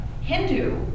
Hindu